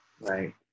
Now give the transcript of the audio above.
Right